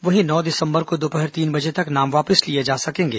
वहीं नौ दिसंबर को दोपहर तीन बजे तक नाम वापस लिए जा सकेंगे